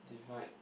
divide